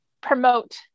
promote